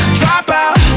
dropout